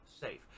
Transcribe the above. safe